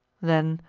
then,